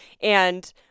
and-